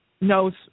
knows